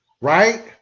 right